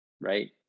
right